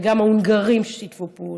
וגם ההונגרים שיתפו פעולה,